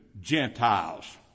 Gentiles